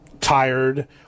tired